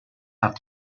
have